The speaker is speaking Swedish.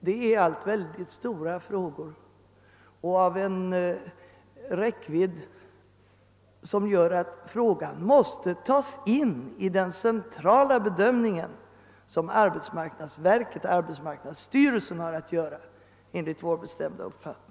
Det är alltså mycket stora frågor; de har en räckvidd som gör att de enligt vår bestämda uppfattning måste tas in i den centrala bedömning som arbetsmarknadsstyrelsen har att göra.